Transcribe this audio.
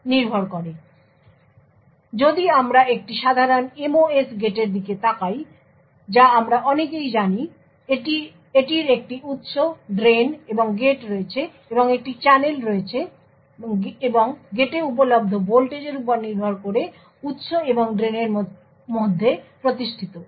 সুতরাং যদি আমরা একটি সাধারণ MOS গেটের দিকে তাকাই যা আমরা অনেকেই জানি এটির একটি উত্স ড্রেন এবং গেট রয়েছে এবং একটি চ্যানেল রয়েছে এবং গেটে উপলব্ধ ভোল্টেজের উপর নির্ভর করে উত্স এবং ড্রেনের মধ্যে প্রতিষ্ঠিত